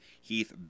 Heath